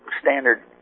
standard